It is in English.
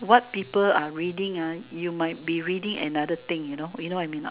what people are reading you might be reading another thing you know you know what I mean or not